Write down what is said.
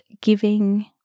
giving